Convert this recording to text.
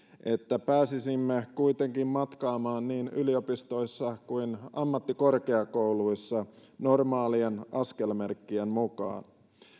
että pääsisimme kuitenkin matkaamaan niin yliopistoissa kuin ammattikorkeakouluissa normaalien askelmerkkien mukaan